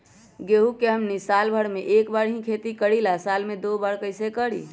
गेंहू के हमनी साल भर मे एक बार ही खेती करीला साल में दो बार कैसे करी?